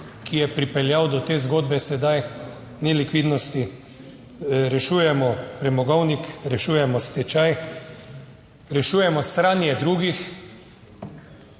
ki je pripeljal do te zgodbe sedaj nelikvidnosti, rešujemo premogovnik, rešujemo stečaj, rešujemo sranje drugih,